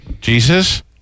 Jesus